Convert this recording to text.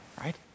right